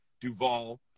Duvall